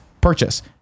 purchase